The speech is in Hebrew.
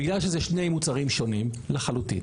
בגלל שזה שני מוצרים שונים לחלוטין,